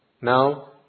now